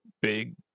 big